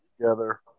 together